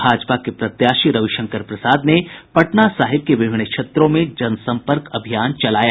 भाजपा के प्रत्याशी रविशंकर प्रसाद ने पटना साहिब के विभिन्न क्षेत्रों में जनसंपर्क अभियान चलाया